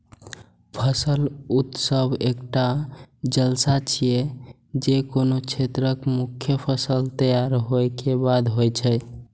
फसल उत्सव एकटा जलसा छियै, जे कोनो क्षेत्रक मुख्य फसल तैयार होय के बाद होइ छै